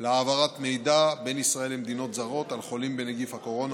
להעברת מידע בין ישראל למדינות זרות על חולים בנגיף הקורונה